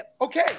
Okay